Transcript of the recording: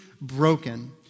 broken